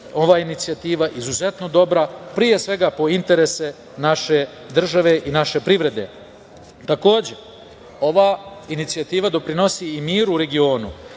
ova inicijativa izuzetno dobra, pre svega po interese naše države i naše privrede. Takođe, ova inicijativa doprinosi i miru u regionu.